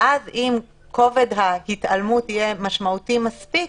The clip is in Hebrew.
ואז אם כובד ההתעלמות יהיה משמעותי מספיק,